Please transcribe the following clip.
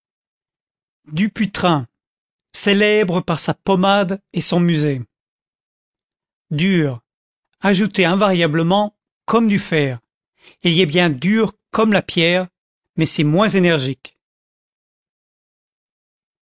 dupuytren célèbre par sa pommade et son musée dur ajouter invariablement comme du fer il y a bien dur comme la pierre mas c'est moins énergique